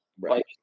Right